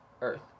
earth